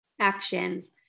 actions